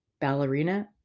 ballerina